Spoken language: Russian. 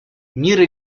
мира